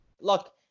look